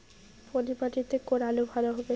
পলি মাটিতে কোন আলু ভালো হবে?